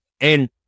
And-